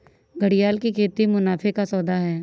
घड़ियाल की खेती मुनाफे का सौदा है